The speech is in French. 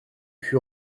fut